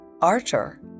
Archer